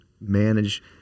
manage